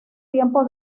tiempo